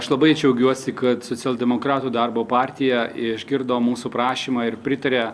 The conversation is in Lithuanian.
aš labai džiaugiuosi kad socialdemokratų darbo partija išgirdo mūsų prašymą ir pritarė